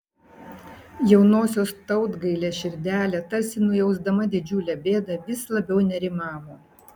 jaunosios tautgailės širdelė tarsi nujausdama didžiulę bėdą vis labiau nerimavo